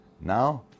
Now